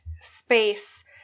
space